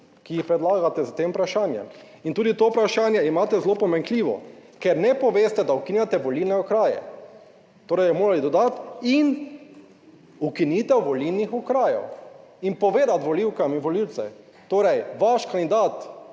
ki jih predlagate s tem vprašanjem. In tudi to vprašanje imate zelo pomanjkljivo, ker ne poveste, da ukinjate volilne okraje. Torej bi morali dodati in ukinitev volilnih okrajev in povedati volivkam in volivcem, torej vaš kandidat